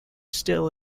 still